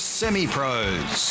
semi-pros